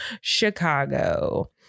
Chicago